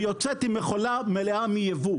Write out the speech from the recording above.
ויוצאת עם מכולה מלאה מייבוא.